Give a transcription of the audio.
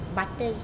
butter